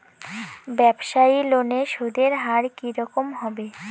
ব্যবসায়ী লোনে সুদের হার কি রকম হবে?